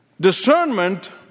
Discernment